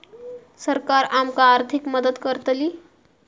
सरकार आमका आर्थिक मदत करतली?